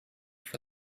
for